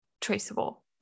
traceable